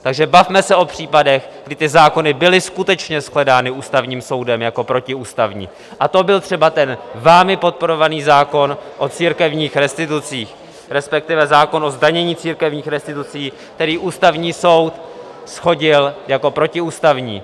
Takže bavme se o případech, kdy zákony byly skutečně shledány Ústavním soudem jako protiústavní, a to byl třeba vámi podporovaný zákon o církevních restitucích, respektive zákon o zdanění církevních restitucí, který Ústavní soud shodil jako protiústavní.